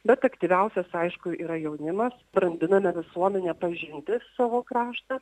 bet aktyviausias aišku yra jaunimas brandiname visuomenę pažinti savo kraštą